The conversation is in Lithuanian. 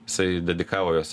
isai dedikavo juos